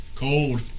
Cold